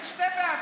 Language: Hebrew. תקים שתי ועדות.